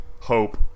hope